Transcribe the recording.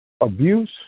abuse